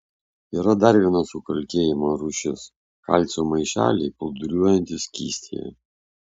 yra dar viena sukalkėjimo rūšis kalcio maišeliai plūduriuojantys skystyje